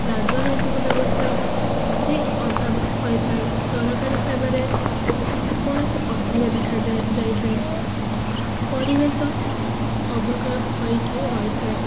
ରାଜନୈତିକ ବ୍ୟବସ୍ଥା ବି ଅଭାବ ହୋଇଥାଏ ସରକାରୀ ସେବାରେ କୌଣସି ଅସୁବିଧା ଦେଖାଯାଏ ଯାଇଥାଏ ପରିବେଶ ଅବକ୍ଷୟ ହୋଇକି ରହିଥାଏ